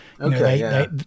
Okay